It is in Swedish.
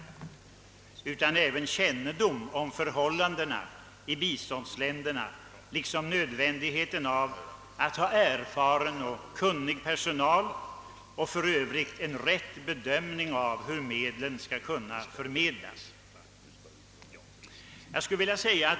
Det gäller även att ha kännedom om förhållandena i biståndsländerna och att ha erfaren och kunnig personal med förmåga att rätt bedöma hur hjälpen skall förmedlas.